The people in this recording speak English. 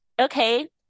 okay